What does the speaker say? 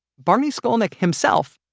barney skolnik himself.